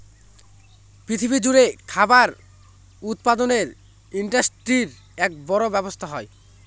পৃথিবী জুড়ে খাবার উৎপাদনের ইন্ডাস্ট্রির এক বড় ব্যবসা হয়